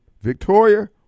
Victoria